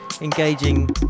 engaging